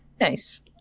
nice